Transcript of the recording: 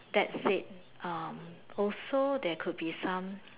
that said um also there could be some